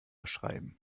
schreiben